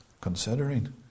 considering